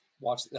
watch